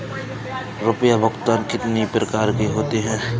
रुपया भुगतान कितनी प्रकार के होते हैं?